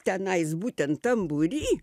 tenais būtent tam būry